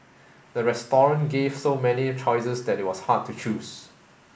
the restaurant gave so many choices that it was hard to choose